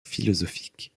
philosophique